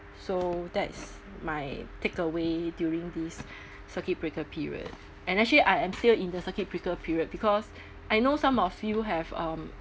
so that's my takeaway during this circuit breaker period and actually I am still in the circuit breaker period because I know some of you have um